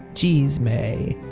geez! mae!